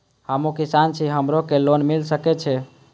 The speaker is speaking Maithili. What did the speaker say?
हमू किसान छी हमरो के लोन मिल सके छे?